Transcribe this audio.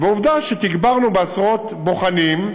ועובדה שתגברנו בעשרות בוחנים,